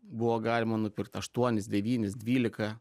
buvo galima nupirkt aštuonis devynis dvylika